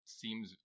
seems